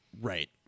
Right